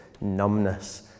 numbness